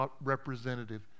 representative